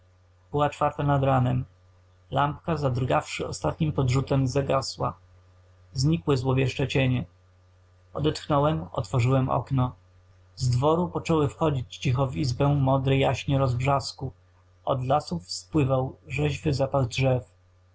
była czwarta nad ranem lampka zadrgawszy ostatnim podrzutem zagasła znikły złowieszcze cienie odetchnąłem otworzyłem okno z dworu poczęły wchodzić cicho w izbę modre jaśnie rozbrzasku od lasów spływał rzeźwy zapach drzew